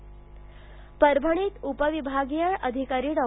परभणी परभणीत उपविभागीय अधिकारी डॉ